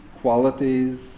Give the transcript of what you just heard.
qualities